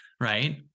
right